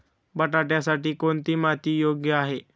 बटाट्यासाठी कोणती माती योग्य आहे?